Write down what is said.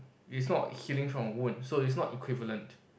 it's not healing from a wound so it's not equivalent